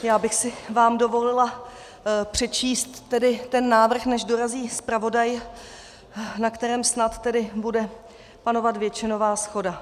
Já bych si vám dovolila přečíst ten návrh, než dorazí zpravodaj, na kterém snad tedy bude panovat většinová shoda: